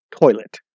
toilet